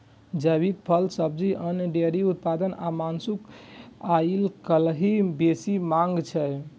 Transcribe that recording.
जैविक फल, सब्जी, अन्न, डेयरी उत्पाद आ मासुक आइकाल्हि बेसी मांग छै